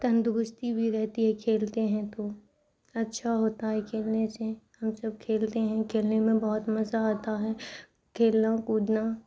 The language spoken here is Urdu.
تندرستی بھی رہتی ہے کھیلتے ہیں تو اچھا ہوتا ہے کھیلنے سے ہم سب کھیلتے ہیں کھیلنے میں بہت مزہ آتا ہے کھیلنا کودنا